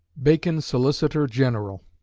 bacon solicitor-general.